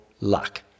luck